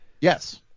Yes